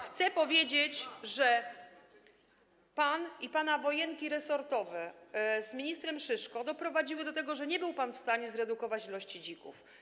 Chcę powiedzieć, że pana wojenki resortowe z ministrem Szyszką doprowadziły do tego, że nie był pan w stanie zredukować ilości dzików.